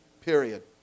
period